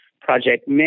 project